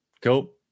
Cool